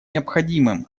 необходимым